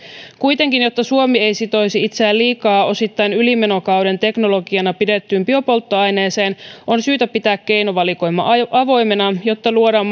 kuitenkin jotta suomi ei sitoisi itseään liikaa osittain ylimenokauden teknologiana pidettyyn biopolttoaineeseen on syytä pitää keinovalikoima avoimena jotta luodaan